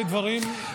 אלה דברים,